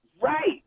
Right